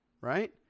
right